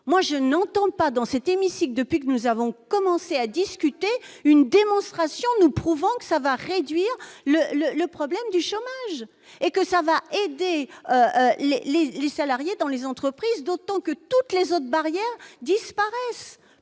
moi je n'entendent pas dans cet hémicycle, depuis que nous avons commencé à discuter une démonstration nous prouvons que ça va réduire le le le problème du chômage et que ça va aider il y a les élus salariés dans les entreprises, d'autant que toutes les autres barrières disparaissent